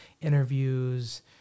interviews